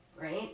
right